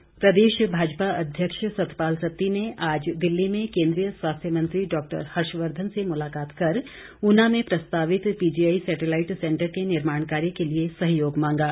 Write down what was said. सत्ती प्रदेश भाजपा अध्यक्ष सतपाल सत्ती ने आज दिल्ली में केन्द्रीय स्वास्थ्य मंत्री डॉक्टर हर्षवर्धन से मुलाकात कर ऊना में प्रस्तावित पीजीआई सैटेलाईट सैंटर के निर्माण कार्य के लिए सहयोग मांगा